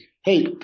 Hey